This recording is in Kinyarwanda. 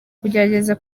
kugerageza